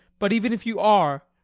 but even if you are,